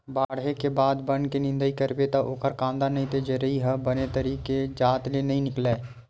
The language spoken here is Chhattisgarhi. बाड़हे के बाद म बन के निंदई करबे त ओखर कांदा नइ ते जरई ह बने तरी के जात ले नइ निकलय